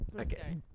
Okay